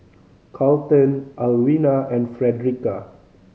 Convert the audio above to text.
Carlton Alwina and Fredericka